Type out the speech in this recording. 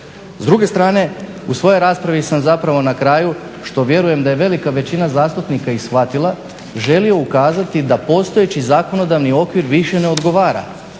S druge strane u svojoj raspravi sam zapravo na kraju što vjerujem da je velika većina zastupnika i shvatila želio ukazati da postojeći zakonodavni okvir više ne odgovara